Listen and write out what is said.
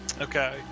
Okay